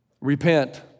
Repent